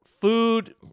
food